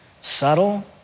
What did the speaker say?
subtle